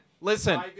Listen